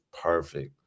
perfect